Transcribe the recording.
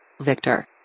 Victor